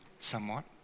somewhat